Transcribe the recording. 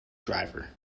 driver